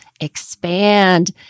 expand